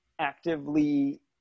actively